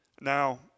Now